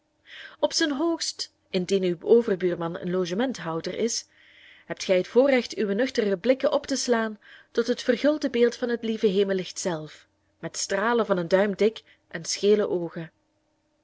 op zijn hoogst indien uw overbuurman een logementhouder is hebt gij het voorrecht uwe nuchtere blikken op te slaan tot het vergulde beeld van het lieve hemellicht zelf met stralen van een duim dik en schele oogen